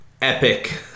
Epic